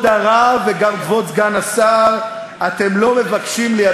בכתב אי-אפשר ללכת